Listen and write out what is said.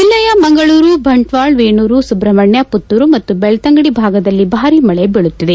ಜಿಲ್ಲೆಯ ಮಂಗಳೂರು ಬಂಟ್ವಾಳ ವೇಣೂರು ಸುಬ್ರಹ್ಮಣ್ಯ ಪುತ್ತೂರು ಮತ್ತು ಬೆಳ್ತಂಗಡಿ ಭಾಗದಲ್ಲಿ ಭಾರೀ ಮಳೆ ಬೀಳುತ್ತಿದೆ